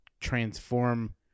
transform